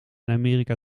amerika